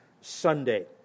Sunday